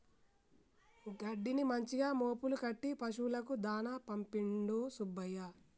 గడ్డిని మంచిగా మోపులు కట్టి పశువులకు దాణాకు పంపిండు సుబ్బయ్య